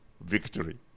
victory